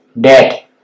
dead